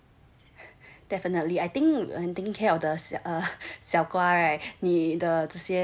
definitely I think um taking care of 的小瓜 right